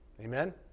Amen